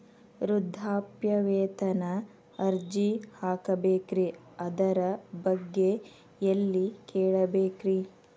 ವೃದ್ಧಾಪ್ಯವೇತನ ಅರ್ಜಿ ಹಾಕಬೇಕ್ರಿ ಅದರ ಬಗ್ಗೆ ಎಲ್ಲಿ ಕೇಳಬೇಕ್ರಿ?